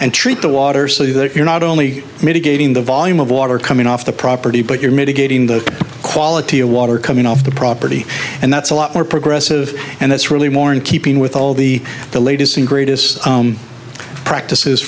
and treat the water so that you're not only mitigating the volume of water coming off the property but you're mitigating the quality of water coming off the property and that's a lot more progressive and that's really more in keeping with all the the latest and greatest practices